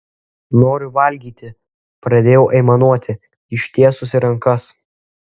noriu valgyti pradėjau aimanuoti ištiesusi rankas